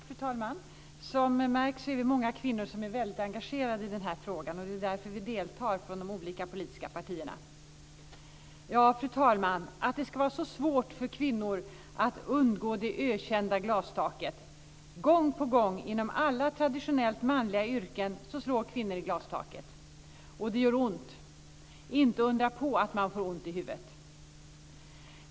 Fru talman! Som märks är många kvinnor väldigt engagerade i den här frågan. Det är därför vi deltar från de olika politiska partierna. Fru talman! Att det ska vara så svårt för kvinnor att undgå det ökända glastaket! Gång på gång, inom alla traditionellt manliga yrken, slår kvinnor i glastaket. Och det gör ont. Inte undra på att man får ont i huvudet!